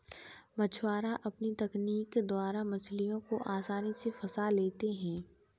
मछुआरे अपनी तकनीक द्वारा मछलियों को आसानी से फंसा लेते हैं